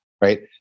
right